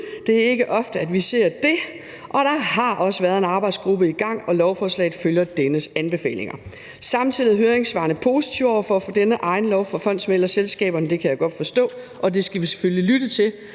Det er ikke ofte, at vi ser det. Der har også været en arbejdsgruppe i gang, og lovforslaget følger dennes anbefalinger. Samtidig er høringssvarene positive over for denne lov, der gælder for fondsmæglerselskaberne. Det kan jeg godt forstå. Og det skal vi selvfølgelig lytte til,